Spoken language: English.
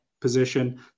position